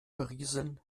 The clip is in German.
berieseln